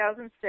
2006